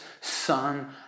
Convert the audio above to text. son